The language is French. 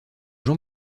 jean